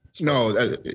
No